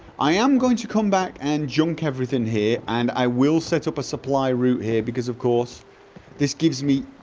i am going to come back and junk everything here and i will set up a supply route here because of course this gives me